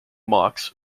mocks